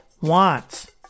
wants